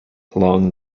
along